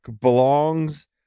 belongs